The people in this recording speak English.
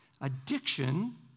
addiction